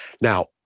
now